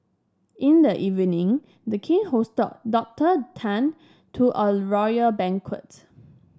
in the evening the king hosted Doctor Tan to a royal banquet